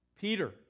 Peter